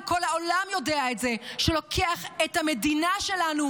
כל העולם יודע את זה: הוא איש שלוקח את המדינה שלנו,